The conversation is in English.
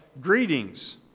greetings